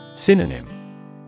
Synonym